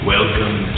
Welcome